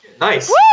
Nice